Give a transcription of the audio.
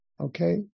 Okay